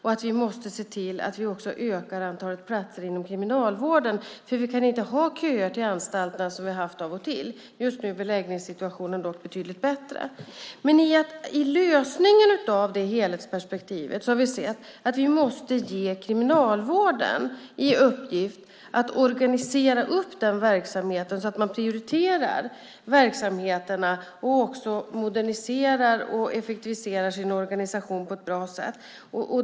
Vi måste också se till att öka antalet platser inom kriminalvården, för vi kan inte ha köer till anstalterna, som vi har haft av och till. Just nu är beläggningssituationen dock betydligt bättre. I lösningen med det helhetsperspektivet har vi sett att vi måste ge Kriminalvården i uppgift att organisera den verksamheten så att man prioriterar verksamheterna och också moderniserar och effektiviserar sin organisation på ett bra sätt.